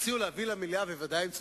הציעו להעביר למליאה, ובוודאי הם צודקים,